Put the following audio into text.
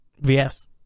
VS